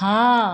हाँ